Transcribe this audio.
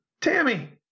Tammy